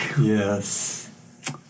yes